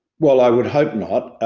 well, i would hope not.